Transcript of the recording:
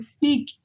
big